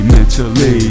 Mentally